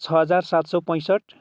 छ हजार सात सौ पैँसठ्ठी